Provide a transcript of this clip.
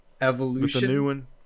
Evolution